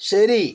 ശരി